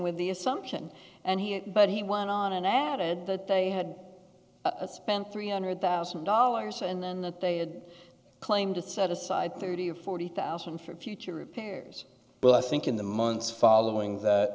with the assumption and he but he went on and added that they had spent three hundred thousand dollars and then that they would claim to set aside thirty or forty thousand for future repairs but i think in the months following that